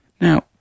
Now